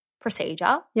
procedure